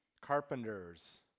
carpenters